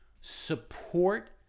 support